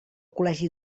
col·legi